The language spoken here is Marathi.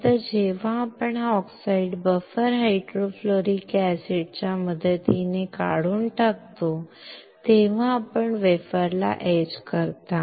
नंतर जेव्हा आपण हा ऑक्साईड बफर हायड्रोफ्लोरिक ऍसिडच्या मदतीने काढून टाकतो तेव्हा आपण वेफर ला एच करता